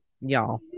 y'all